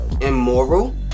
immoral